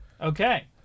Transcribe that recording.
Okay